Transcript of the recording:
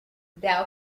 thou